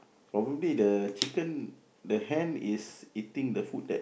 probably the chicken the hand iseating the food that